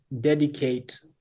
dedicate